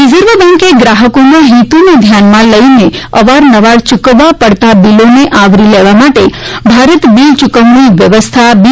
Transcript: reserve બેંકે ગ્રાહકોના હિતોને ધ્યાનમાં લઇને અવાર નવાર ચુકવવા પડતા બીલોને આવરી લેવા માટે ભારત બીલ ચુકવણી વ્યવસ્થા બી